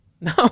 No